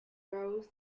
rows